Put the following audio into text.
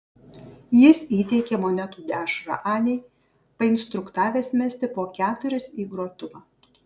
jis įteikė monetų dešrą anei painstruktavęs mesti po keturis į grotuvą